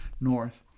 North